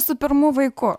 su pirmu vaiku